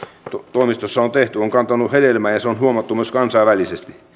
toimistossa on tehty on kantanut hedelmää ja se on huomattu myös kansainvälisesti